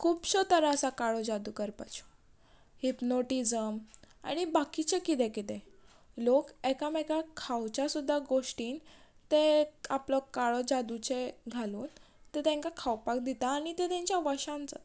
खुबश्यो तरा आसा काळो जादू करपाच्यो हिप्नोटिजम आनी बाकीचें किदें किदें लोक एकामेकाक खावच्या सुद्दां गोश्टीन ताका आपलो काळो जादूचें घालून ते तांकां खावपाक दिता आनी ते तेंच्या वशान जाता